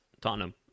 Tottenham